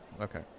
Okay